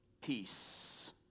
peace